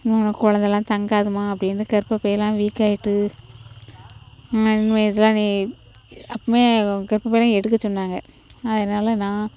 உங்களுக்கு குழந்தைலாம் தங்காதுமா அப்படினு கர்ப்பபையெலாம் வீக் ஆகிட்டு மெதுவாக நீ அப்போமே கர்ப்பபையெலாம் எடுக்க சொன்னாங்க அதனால் நான்